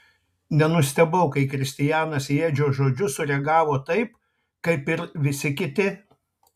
nenustebau kai kristianas į edžio žodžius sureagavo taip kaip ir visi kiti